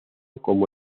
como